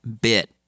bit